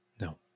No